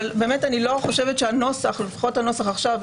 אבל אני לא חושבת שהנוסח או לפחות הנוסח עכשיו,